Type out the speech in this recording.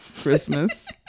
Christmas